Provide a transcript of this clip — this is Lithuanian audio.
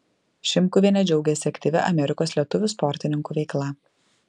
šimkuvienė džiaugiasi aktyvia amerikos lietuvių sportininkų veikla